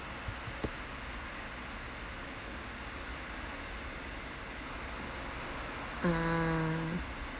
ah